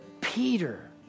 Peter